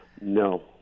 No